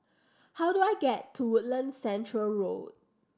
how do I get to Woodlands Centre Road